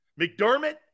McDermott